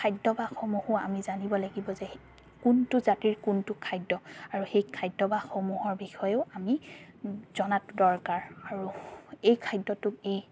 খাদ্যভাসসমূহো আমি জানিব লাগিব যে কোনটো জাতিৰ কোনটো খাদ্য আৰু সেই খাদ্যভাসমূহৰ বিষয়েও আমি জনাটো দৰকাৰ আৰু এই খাদ্যটোক এই